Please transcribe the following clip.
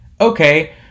Okay